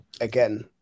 again